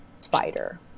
spider